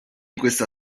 questa